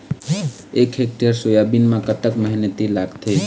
एक hectare soybean म कतक मेहनती लागथे?